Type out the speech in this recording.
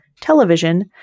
television